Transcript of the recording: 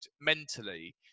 mentally